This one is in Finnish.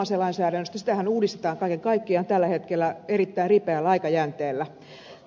sitähän uudistetaan kaiken kaikkiaan tällä hetkellä erittäin ripeällä aikajänteellä